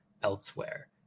elsewhere